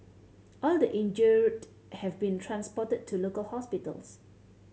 all the injured have been transported to local hospitals